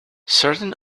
certain